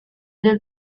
del